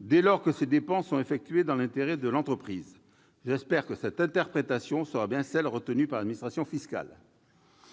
dès lors que ces dépenses sont effectuées dans l'intérêt de l'entreprise. J'espère que cette interprétation sera bien celle qui sera retenue par l'administration fiscale.